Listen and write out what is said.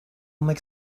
make